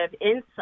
insight